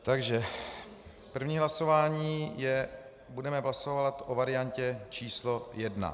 Takže první hlasování budeme hlasovat o variantě číslo 1.